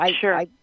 Sure